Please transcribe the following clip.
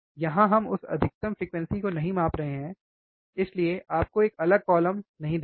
यहां हम उस अधिकतम फ्रीक्वेंसी को नहीं माप रहे हैं इसीलिए आपको एक अलग कौलम नहीं दिखेगा